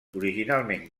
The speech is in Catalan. originalment